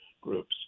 groups